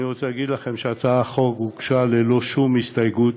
אני רוצה להגיד לכם שהצעת החוק הוגשה ללא שום הסתייגות,